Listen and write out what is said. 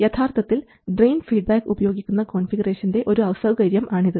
യഥാർത്ഥത്തിൽ drain feedback ഉപയോഗിക്കുന്ന കോൺഫിഗറേഷൻറെ ഒരു അസൌകര്യം ആണ് ഇത്